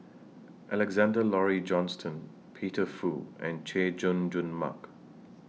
Alexander Laurie Johnston Peter Fu and Chay Jung Jun Mark